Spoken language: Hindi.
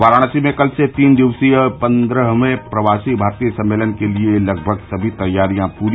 वाराणसी में कल से तीन दिवसीय पन्द्रहवें प्रवासी भारतीय सम्मेलन के लिये लगभग सभी तैयारियां पूरी